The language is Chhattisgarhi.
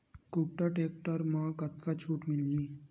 कुबटा टेक्टर म कतका छूट मिलही?